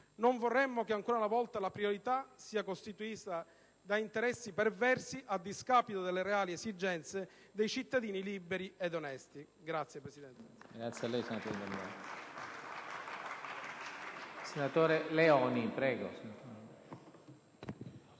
Non vorremmo che ancora una volta la priorità sia costituita dagli interessi perversi a discapito delle reali esigenze dei cittadini liberi e onesti. *(Applausi